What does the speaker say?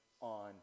on